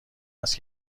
است